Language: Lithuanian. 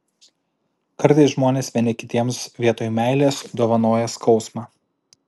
kartais žmonės vieni kitiems vietoj meilės dovanoja skausmą